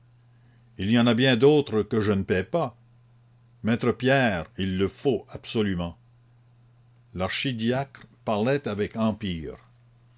il y en a bien d'autres que je ne paie pas maître pierre il le faut absolument l'archidiacre parlait avec empire